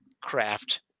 craft